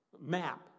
map